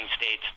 states